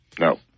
No